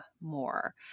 more